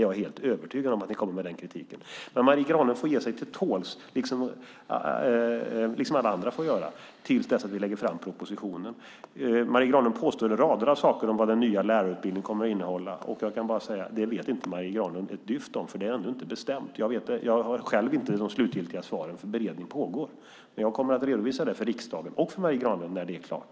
Jag är helt övertygad om att ni kommer med den kritiken. Marie Granlund får ge sig till tåls, liksom alla andra får göra, till dess att vi lägger fram propositionen. Marie Granlund påstår rader av saker om vad den nya lärarutbildningen kommer att innehålla. Jag kan bara säga att det vet Marie Granlund inte ett dyft om, för det är ännu inte bestämt. Jag har själv inte de slutgiltiga svaren, för beredningen pågår. Jag kommer att redovisa detta för riksdagen och för Marie Granlund när arbetet är klart.